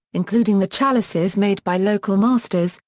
including the chalices made by local masters,